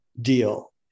deal